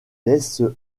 laisse